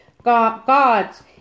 God's